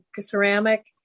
ceramic